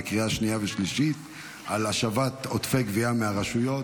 בקריאה שנייה ושלישית על השבת עודפי גבייה מהרשויות,